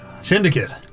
Syndicate